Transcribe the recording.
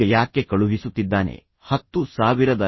ಈಗ ಯಾಕೆ ಕಳುಹಿಸುತ್ತಿದ್ದಾನೆ ಯಾರನ್ನು ಕೇಳುತ್ತಿದ್ದಾನೆ